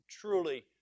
truly